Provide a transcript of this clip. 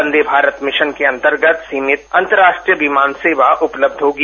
वंदे Bharat mission के अंतर्गत सीमित अंतर्राष्ट्रीय विमान सेवा उपलब्ध होगी